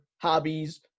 hobbies